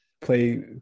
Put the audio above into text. play